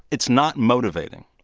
it's not motivating.